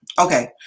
Okay